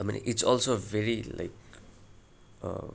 I mean its also a very like